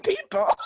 people